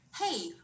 Hey